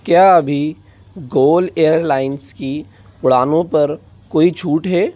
क्या अभी Gol airlines की उड़ानों पर कोई छूट है